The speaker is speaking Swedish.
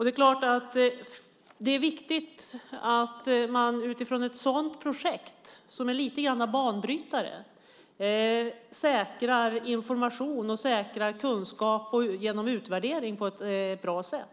Det är viktigt att man utifrån ett sådant projekt, som är lite grann av en banbrytare, säkrar information och kunskap genom utvärdering på ett bra sätt.